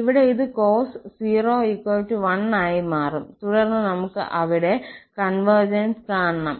ഇവിടെ ഇത് cos 01 ആയി മാറും തുടർന്ന് നമുക്ക് അവിടെ കോൺവെർജിൻസ് കാണണം